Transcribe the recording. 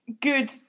good